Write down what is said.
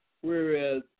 whereas